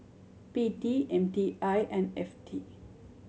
P T M T I and F T